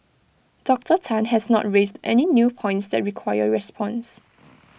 Doctor Tan has not raised any new points that require response